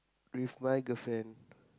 with my girlfriend